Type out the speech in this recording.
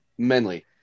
menly